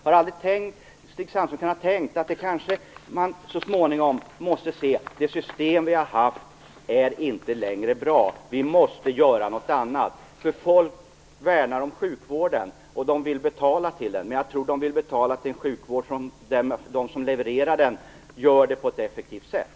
Har Stig Sandström aldrig tänkt att man så småningom kanske måste se att det system som vi har haft inte längre är bra? Vi måste göra något annat. Människor värnar om sjukvården, och de vill betala till den. Men jag tror att de vill betala till en sjukvård där de som levererar vården gör det på ett effektivt sätt.